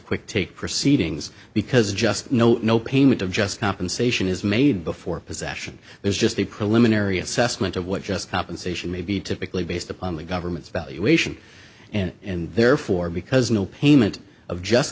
quick take proceedings because just no no payment of just compensation is made before possession there's just a preliminary assessment of what just compensation may be typically based upon the government's valuation and therefore because no payment of just